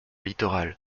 littoral